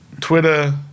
Twitter